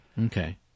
Okay